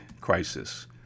crisis